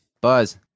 Buzz